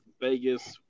Vegas